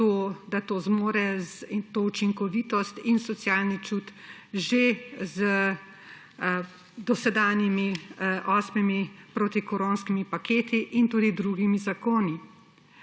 da zmore to učinkovitost in socialni čut že z dosedanjimi osmimi protikoronskimi paketi in tudi drugimi zakoni.